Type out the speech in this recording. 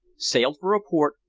sailed for a port,